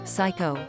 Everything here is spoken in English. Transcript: Psycho